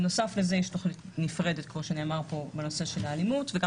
בנוסף לזה יש תוכנית נפרדת בנושא האלימות וגם